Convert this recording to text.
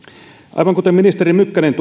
aivan kuten ministeri mykkänen